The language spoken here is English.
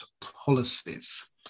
policies